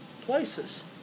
places